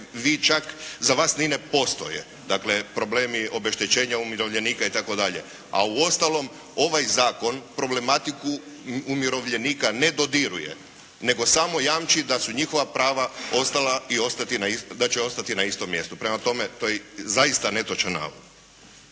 vi čak, za vas ni ne postoje. Dakle, problemi obeštećenja umirovljenika itd. A uostalom ovaj zakon problematiku umirovljenika ne dodiruje nego samo jamči da su njihova prava ostala i da će ostati na istom mjestu. Prema tome to je zaista netočan navod.